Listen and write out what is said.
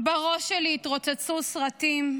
בראש שלי התרוצצו סרטים,